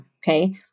Okay